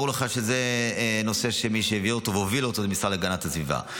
ברור לך שזה נושא שמי שהביא אותו והוביל אותו זה המשרד להגנת הסביבה.